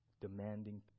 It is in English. demanding